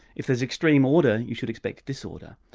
if there's extreme order you should expect disorder.